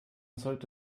sollte